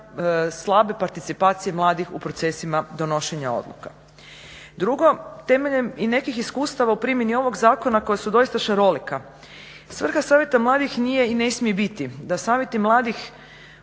slabe participacije mladih u procesima donošenja odluka. Drugo, temeljem nekih iskustava u primjeni ovog zakona koja su doista šarolika, svrha savjeta mladih nije i ne smije biti da savjeti mladih